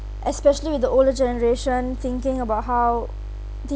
especially with the older generation thinking about how th~